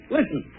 Listen